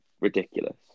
ridiculous